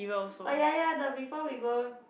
oh ya ya the before we go